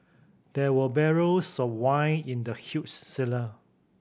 there were barrels of wine in the huge cellar